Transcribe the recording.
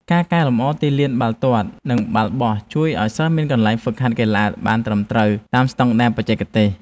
ការកែលម្អទីលានបាល់ទាត់និងបាល់បោះ ជួយឱ្យសិស្សមានកន្លែងហ្វឹកហាត់កីឡាបានត្រឹមត្រូវតាមស្តង់ដារបច្ចេកទេស។